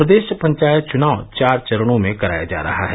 प्रदेश पंचायत चुनाव चार चरणों में कराया जा रहा है